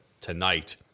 tonight